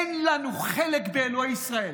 אין לנו חלק באלוהי ישראל.